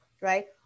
right